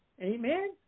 Amen